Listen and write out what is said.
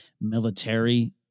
military